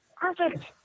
perfect